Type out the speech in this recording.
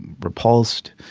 repulsed.